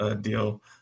deal